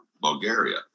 Bulgaria